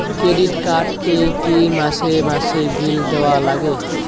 Credit card এ কি মাসে মাসে বিল দেওয়ার লাগে?